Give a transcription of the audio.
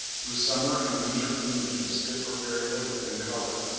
whose summer and winter plumages differ very little in colour.